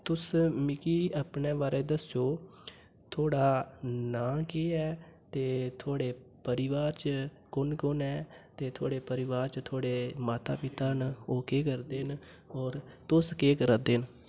तुस मिगी अपनै बारे दस्सो थुआढ़ा नांऽ केह् ऐ ते थुआढ़े परिवार च कु'न कु'न ऐ ते थुआढ़े परिवार च थुआढ़े माता पिता न ओह् केह् करदे न होर तुस केह् करा दे न